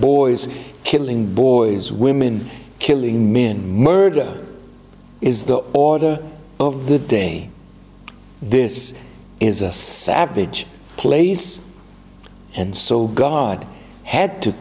boys killing boys women killing men murder is the order of the day this is a savage place and so god had to